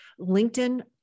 LinkedIn